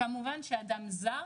כמובן שאדם זר,